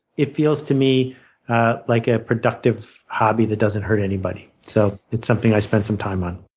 it feels to me ah like a productive habit that doesn't hurt anybody. so it's something i spent some time on.